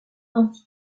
ainsi